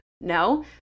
No